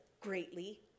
greatly